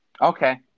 Okay